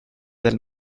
del